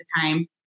time